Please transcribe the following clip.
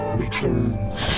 returns